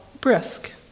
brisk